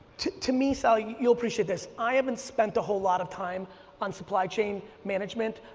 to to me, sally, you'll appreciate this, i haven't spent a whole lot of time on supply chain management.